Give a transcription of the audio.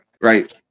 Right